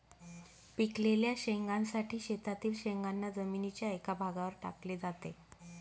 पिकलेल्या शेंगांसाठी शेतातील शेंगांना जमिनीच्या एका भागावर टाकले जाते